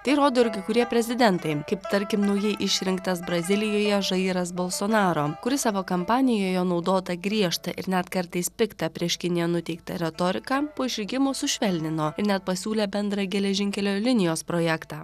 tai rodo ir kai kurie prezidentai kaip tarkim naujai išrinktas brazilijoje žairas balsonaro kuris savo kampanijoje naudotą griežtą ir net kartais piktą prieš kiniją nuteiktą retoriką po išrinkimo sušvelnino ir net pasiūlė bendrą geležinkelio linijos projektą